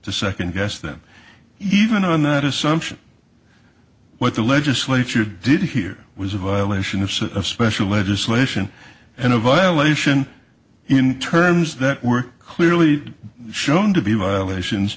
to second guess them even on that assumption what the legislature did here was a violation of some special legislation and a violation in terms that were clearly shown to be violations